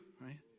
Right